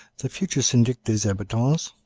the future syndic des habitants